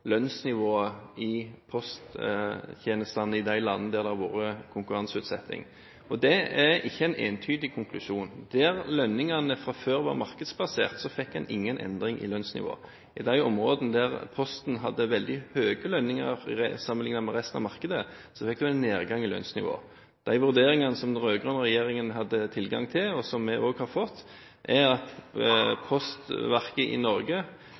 lønnsnivået i posttjenestene i de landene der det har vært konkurranseutsetting, og det er ikke en entydig konklusjon. Der lønningene fra før var markedsbasert, fikk en ingen endring i lønnsnivået. I de områdene der postvesenet hadde veldig høye lønninger sammenlignet med resten av markedet, fikk en en nedgang i lønnsnivået. De vurderingene som den rød-grønne regjeringen hadde tilgang til, og som vi også har fått, er at postverket i Norge